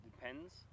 depends